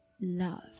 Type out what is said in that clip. love